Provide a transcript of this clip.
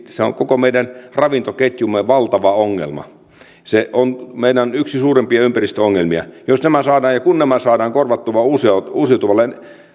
se on koko meidän ravintoketjumme valtava ongelma se on meidän yksi suurimpia ympäristöongelmia jos ja kun nämä saadaan korvattua uusiutuvil uusiutuvil la